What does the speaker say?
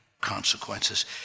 consequences